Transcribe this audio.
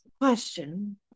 Question